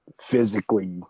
physically